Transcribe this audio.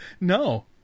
No